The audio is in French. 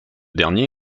dernier